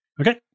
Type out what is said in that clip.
okay